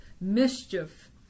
mischief